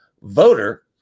voter